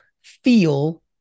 feel